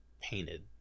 painted